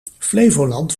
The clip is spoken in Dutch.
flevoland